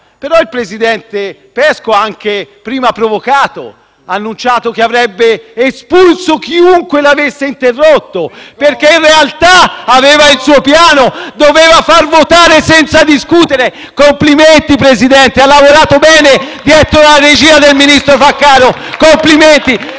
Però, il presidente Pesco, che prima ha provocato e ha annunciato che avrebbe espulso chiunque l'avesse interrotto, in realtà aveva il suo piano: doveva far votare senza discutere. Complimenti, Presidente ha lavorato bene dietro la regia del ministro Fraccaro. Complimenti!